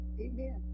Amen